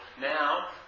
now